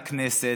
לכנסת,